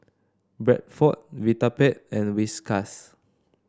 Bradford Vitapet and Whiskas